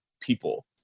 people